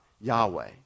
Yahweh